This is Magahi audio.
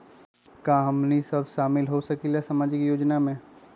का हमनी साब शामिल होसकीला सामाजिक योजना मे?